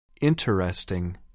Interesting